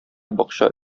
бакча